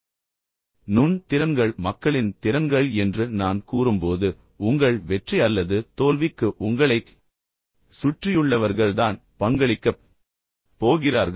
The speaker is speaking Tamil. இப்போது நினைவில் கொள்ளுங்கள் நுண் திறன்கள் மக்களின் திறன்கள் என்று நான் கூறும்போது உங்கள் வெற்றி அல்லது தோல்விக்கு உங்களைச் சுற்றியுள்ளவர்கள்தான் பங்களிக்கப் போகிறார்கள்